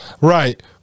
Right